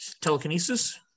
Telekinesis